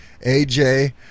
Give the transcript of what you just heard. AJ